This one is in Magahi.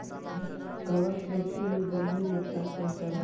कवक कृषि में गंभीर नुकसान पहुंचावा हई